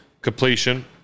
completion